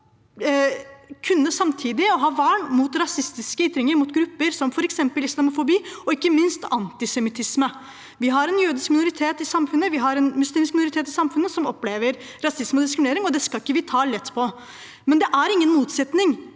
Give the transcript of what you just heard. kunne ha vern mot rasistiske ytringer mot grupper, som f.eks. islamofobi og ikke minst antisemittisme. Vi har en jødisk minoritet og en muslimsk minoritet i samfunnet som opplever rasisme og diskriminering, og det skal vi ikke ta lett på. Men det er ingen motsetning